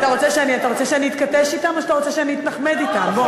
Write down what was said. אתה רוצה שאני אתכתש אתן או שאתה רוצה שאני אתנחמד אתן?